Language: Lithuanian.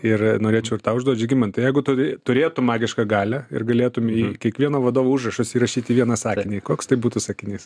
ir norėčiau ir tau užduot žygimantą jeigu tu turėtum magišką galią ir galėtum į kiekvieno vadovo užrašus įrašyti vieną sakinį koks tai būtų sakinys